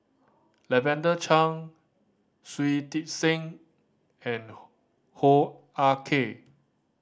Lavender Chang Shui Tit Sing and Hoo Ah Kay